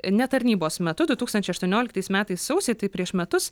ne tarnybos metu du tūkstančiai aštuonioliktais metais sausį tai prieš metus